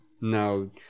No